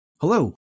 Hello